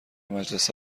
مجلس